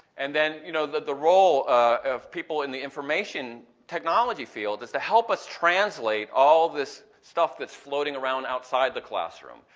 and then you know the the role of the people in the information technology field is to help us translate all this stuff that's floating around outside the classroom,